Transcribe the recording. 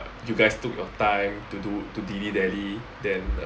you guys took your time to do to dilly dally then